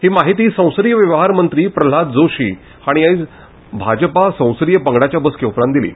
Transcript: ही म्हायती संसदीय वेवहार मंत्री प्रल्हाद जोशी हांणी आयज भाजपा संसदीय पंगडाच्या बसके उपरांत दिली